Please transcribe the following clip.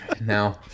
now